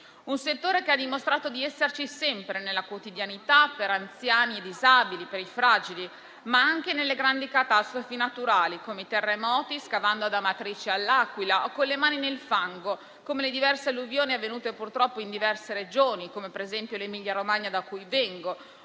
un settore che ha dimostrato di esserci sempre, nella quotidianità, per anziani e disabili, per i fragili, ma anche nelle grandi catastrofi naturali, come i terremoti, scavando ad Amatrice e a L'Aquila, o con le mani nel fango, come nelle diverse alluvioni avvenute purtroppo in diverse Regioni, come per esempio l'Emilia-Romagna da cui provengo,